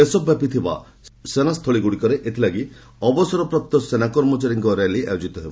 ଦେଶବ୍ୟାପୀ ଥିବା ସେନାସ୍ଥଳୀଗୁଡ଼ିକରେ ଏଥିଲାଗି ଅବସରପ୍ରାପ୍ତ ସେନା କର୍ମଚାରୀଙ୍କ ର୍ୟାଲି ଆୟୋଜିତ ହେବ